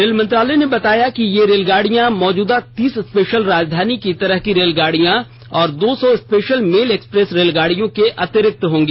rail मंत्रालय ने बताया है कि ये रेलगाड़ियां मौजूदा तीस स्पेशल राजधानी की तरह की रेलगाड़ियों और दो सौ स्पेशल मेल एक्सप्रेस रेलगाड़ियों के अंतिरिक्त होंगी